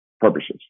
purposes